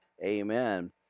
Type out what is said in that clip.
amen